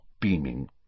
beaming